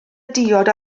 diod